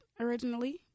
originally